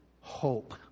hope